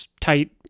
tight